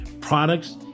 products